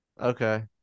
Okay